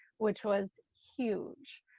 which was huge.